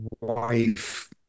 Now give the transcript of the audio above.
wife